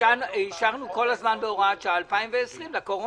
אישרנו כל הזמן בהוראת שעה 2020 לקורונה.